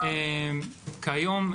כיום,